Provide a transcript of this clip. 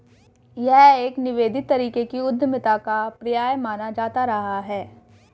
यह एक निवेदित तरीके की उद्यमिता का पर्याय माना जाता रहा है